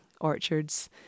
orchards